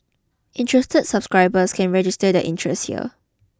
interested subscribers can register their interest here